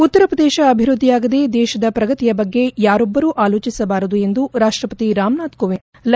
ಉತ್ತರ ಪ್ರದೇಶ ಅಭಿವೃದ್ದಿಯಾಗದೆ ದೇಶದ ಪ್ರಗತಿಯ ಬಗ್ಗೆ ಯಾರೊಬ್ಬರೂ ಆಲೋಚಿಸಬಾರದು ಎಂದು ರಾಷ್ಟಪತಿ ರಾಮನಾಥ್ ಕೋವಿಂದ್ ಹೇಳಿದ್ದಾರೆ